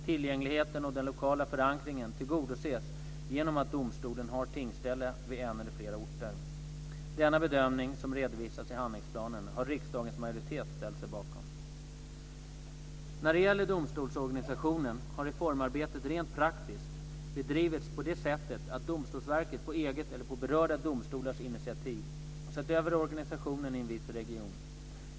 Tillgängligheten och den lokala förankringen tillgodoses genom att domstolen har tingsställe vid en eller flera orter. Denna bedömning, som redovisas i handlingsplanen, har riksdagens majoritet ställt sig bakom (bet. 1999/2000:JuU22, rskr. När det gäller domstolsorganisationen har reformarbetet rent praktiskt bedrivits på det sättet att Domstolsverket på eget eller på berörda domstolars initiativ sett över organisationen i en viss region.